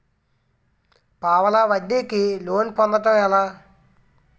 పావలా వడ్డీ కి లోన్ పొందటం ఎలా?